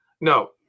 no